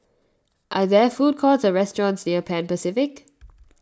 are there food courts or restaurants near Pan Pacific